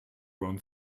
run